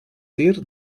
tir